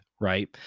right